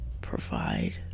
provide